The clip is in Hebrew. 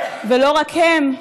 ולא רק הם,